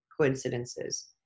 Coincidences